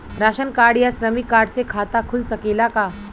Ration card या श्रमिक card से खाता खुल सकेला का?